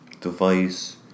device